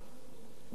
ועל כן,